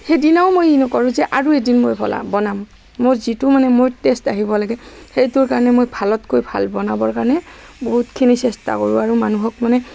সিদিনাও মই ই নকৰোঁ যে আৰু এদিন মই বলাম বনাম মোৰ যিটো মানে মোৰ টেষ্ট আহিব লাগে সেইটোৰ কাৰণে মই ভালতকৈ ভাল বনাবৰ কাৰণে বহুতখিনি চেষ্টা কৰোঁ আৰু মানুহক মানে